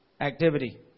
Activity